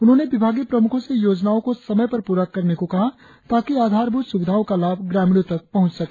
उन्होंने विभागीय प्रमुखो से योजनाओ को समय पर पूरा करने को कहा ताकि आधारभूत सुविधाओ का लाभ ग्रामीणों तक पहुंच सके